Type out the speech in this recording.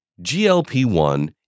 GLP-1